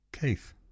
Keith